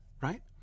right